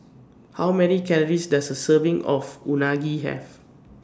How Many Calories Does A Serving of Unagi Have